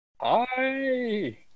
Hi